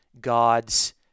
God's